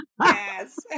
Yes